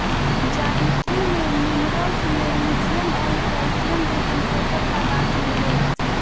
जावित्री में minerals, magnesium अउरी कैल्शियम जइसन पोषक पदार्थ मिलेला